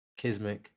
kismic